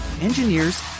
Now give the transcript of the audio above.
engineers